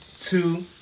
Two